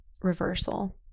reversal